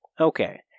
Okay